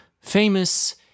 famous